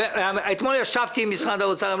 אתמול נפגשתי עם אנשי משרד האוצר.